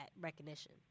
recognition